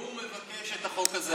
והוא מבקש את החוק הזה.